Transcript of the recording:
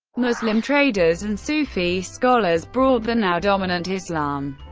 muslim traders and sufi scholars brought the now-dominant islam,